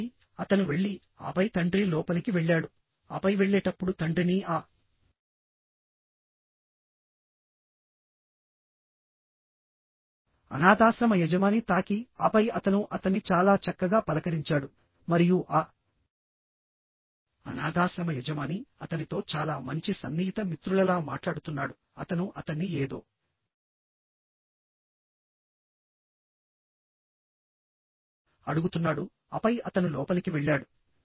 కాబట్టిఅతను వెళ్లిఆపై తండ్రి లోపలికి వెళ్ళాడు ఆపై వెళ్ళేటప్పుడు తండ్రిని ఆ అనాథాశ్రమ యజమాని తాకి ఆపై అతను అతన్ని చాలా చక్కగా పలకరించాడు మరియు ఆ అనాథాశ్రమ యజమాని అతనితో చాలా మంచి సన్నిహిత మిత్రులలా మాట్లాడుతున్నాడుఅతను అతన్ని ఏదో అడుగుతున్నాడు ఆపై అతను లోపలికి వెళ్ళాడు